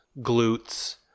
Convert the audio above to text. glutes